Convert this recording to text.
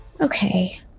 Okay